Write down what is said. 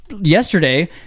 yesterday